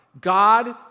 God